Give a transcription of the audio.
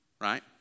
right